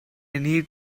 need